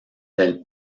del